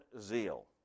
zeal